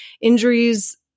injuries